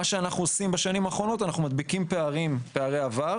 מה שאנחנו עושים בשנים האחרונות זה שאנחנו מדביקים פערי עבר,